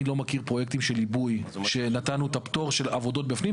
אני לא מכיר פרויקטים של עיבוי שנתנו את הפטור של עבודות בפנים,